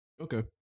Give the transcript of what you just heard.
Okay